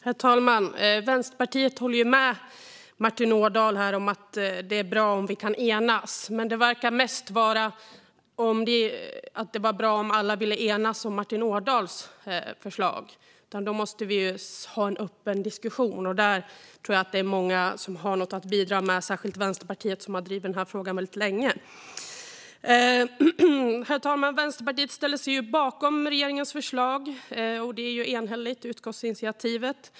Herr talman! Vänsterpartiet håller med Martin Ådahl om att det är bra om vi kan enas, men det lät mest som att det vore bra om alla kunde enas om Martin Ådahls förslag. Vi måste såklart ha en öppen diskussion, och här tror jag att många kan bidra - särskilt Vänsterpartiet, som har drivit denna fråga länge. Herr talman! Vänsterpartiet ställer sig bakom regeringens förslag, och utskottet är också enhälligt.